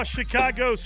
Chicago